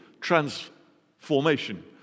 transformation